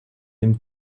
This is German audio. dem